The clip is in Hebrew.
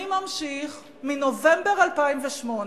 אני ממשיך מנובמבר 2008,